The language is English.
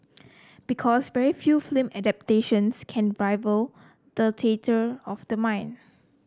because very few film adaptations can rival the theatre of the mind